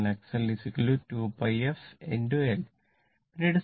അതിനാൽ X L 2πf L